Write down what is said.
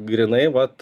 grynai vat